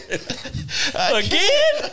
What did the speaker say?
Again